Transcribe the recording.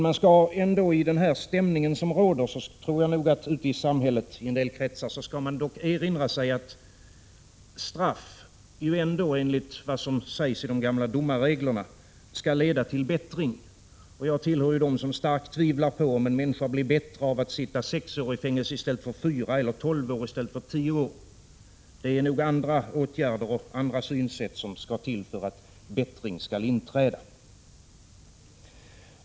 Men i den stämning som råder i en del kretsar i samhället skall man ändå erinra sig att straff enligt vad som sägs i de gamla domarreglerna skall leda till bättring. Jag tillhör dem som starkt tvivlar på att en människa blir bättre av att sitta sex år i fängelse i stället för fyra eller tolv år i stället för tio. Det är nog andra åtgärder och andra synsätt som skall till för att bättring skall inträda.